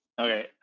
Okay